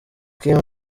kim